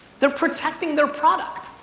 they're protecting their product.